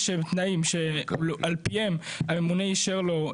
שהם תנאים שעל פיהם הממונה אישר לו,